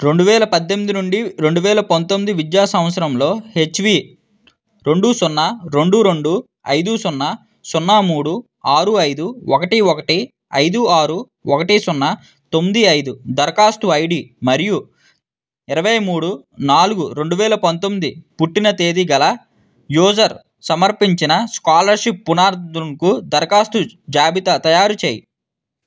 రెండువేల పద్దెనిమిది నుండి రెండువేల పంతొమ్మిది విద్యా సంవత్సరంలో హెచ్వి రెండు సున్నా రెండు రెండు ఐదు సున్నా సున్నా మూడు ఆరు ఐదు ఒకటి ఒకటి ఐదు ఆరు ఒకటి సున్నా తొమ్మిది ఐదు దరఖాస్తు ఐడి మరియు ఇరవైమూడు నాలుగు డువేలపంతొమ్మిది పుట్టిన తేదీ గల యూజర్ సమర్పించిన స్కాలర్షిప్ పునార్థంకు దరఖాస్తు జాబితా తయారు చెయ్యి